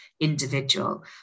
individual